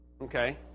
Okay